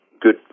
good